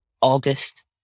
august